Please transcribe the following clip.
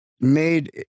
made